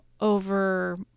over